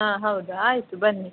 ಹಾಂ ಹೌದು ಆಯಿತು ಬನ್ನಿ